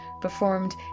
performed